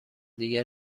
دیگر